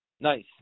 Nice